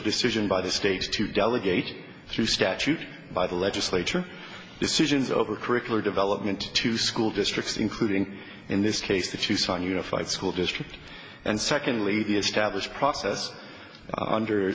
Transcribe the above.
decision by the states to delegate through statute by the legislature decisions over curricular development to school districts including in this case the tucson unified school district and secondly the established